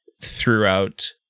throughout